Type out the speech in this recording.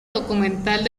documental